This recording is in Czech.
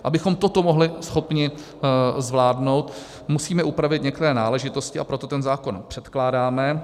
Abychom toto byli schopni zvládnout, musíme upravit některé náležitosti, a proto ten zákon předkládáme.